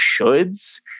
shoulds